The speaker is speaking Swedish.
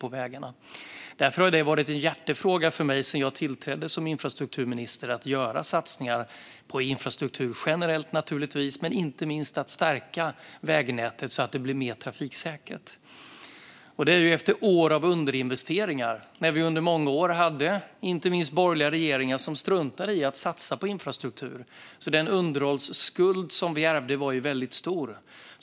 Det har varit en hjärtefråga för mig sedan jag tillträdde som infrastrukturminister att göra satsningar på infrastruktur, naturligtvis generellt sett men inte minst också för att stärka vägnätet så att det blir mer trafiksäkert. Det har skett efter år av underinvesteringar. Under många år hade Sverige borgerliga regeringar som struntade i att satsa på infrastruktur. Den underhållsskuld som vi ärvde var därför väldigt stor.